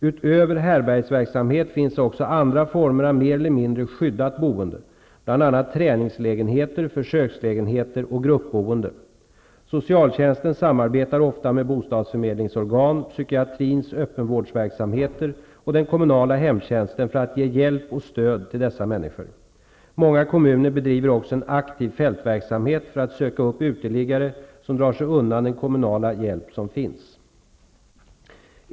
Utöver härbärgesverksamhet finns det också andra former av mer eller mindre skyddat boende, bl.a. träningslägenheter, försökslägenheter och gruppboende. Socialtjänsten samarbetar ofta med bostadsförmedlingsorgan, psykiatrins öppenvårdsverksamheter och den kommunala hemtjänsten för att ge hjälp och stöd till dessa människor. Många kommuner bedriver också en aktiv fältverksamhet för att söka upp uteliggare som drar sig undan den kommunala hjälp som finns.